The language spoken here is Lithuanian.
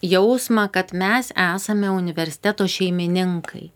jausmą kad mes esame universiteto šeimininkai